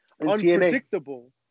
unpredictable